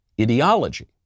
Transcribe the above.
ideology